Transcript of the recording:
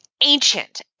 ancient